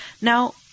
Now